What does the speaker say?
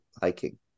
hiking